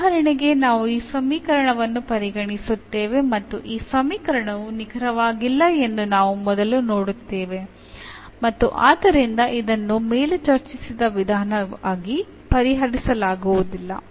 ಉದಾಹರಣೆಗೆ ನಾವು ಈ ಸಮೀಕರಣವನ್ನು ಪರಿಗಣಿಸುತ್ತೇವೆ ಮತ್ತು ಈ ಸಮೀಕರಣವು ನಿಖರವಾಗಿಲ್ಲ ಎಂದು ನಾವು ಮೊದಲು ನೋಡುತ್ತೇವೆ ಮತ್ತು ಆದ್ದರಿಂದ ಇದನ್ನು ಮೇಲೆ ಚರ್ಚಿಸಿದ ವಿಧಾನವಾಗಿ ಪರಿಹರಿಸಲಾಗುವುದಿಲ್ಲ